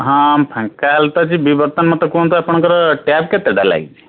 ହଁ ଫାଙ୍କା ହେଲେ ତ ଯିବି ବର୍ତ୍ତମାନ ମୋତେ କୁହନ୍ତୁ ଆପଣଙ୍କର ଟ୍ୟାପ୍ କେତେଟା ଲାଗିଛି